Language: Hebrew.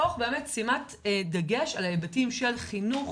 תוך שימת דגש על ההיבטים של חינוך,